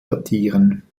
datieren